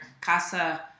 Casa